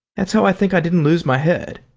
that's how i think i didn't lose my head.